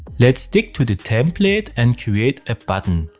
let's stick to the template and create a button,